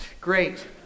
Great